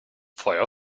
feuer